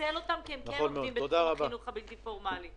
להיעזר בהם, הם באים מתחום החינוך הבלתי פורמאלי.